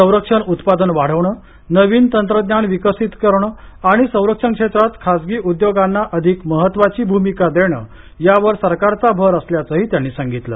संरक्षण उत्पादन वाढवणं नवीन तंत्रज्ञान विकसीत करणं आणि संरक्षण क्षेत्रात खासगी उद्योगांना अधिक महत्वाची भूमिका देणं यावर सरकारचा भर असल्याचंही त्यांनी सांगितलं